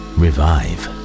revive